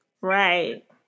Right